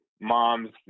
moms